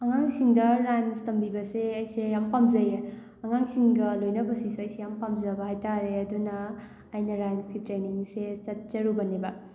ꯑꯉꯥꯡꯁꯤꯡꯗ ꯔꯥꯏꯝꯁ ꯇꯝꯕꯤꯕꯁꯦ ꯑꯩꯁꯦ ꯌꯥꯝ ꯄꯥꯝꯖꯩꯌꯦ ꯑꯉꯥꯡꯁꯤꯡꯒ ꯂꯣꯏꯅꯕꯁꯤꯁꯨ ꯑꯩꯁꯦ ꯌꯥꯝ ꯄꯥꯝꯖꯕ ꯍꯥꯏ ꯇꯥꯔꯦ ꯑꯗꯨꯅ ꯑꯩꯅ ꯔꯥꯏꯝꯁꯀꯤ ꯇ꯭ꯔꯦꯅꯤꯡꯁꯦ ꯆꯠꯆꯔꯨꯕꯅꯦꯕ